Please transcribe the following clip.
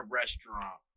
restaurant